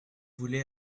voulez